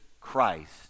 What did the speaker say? Christ